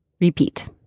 repeat